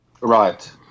Right